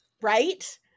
Right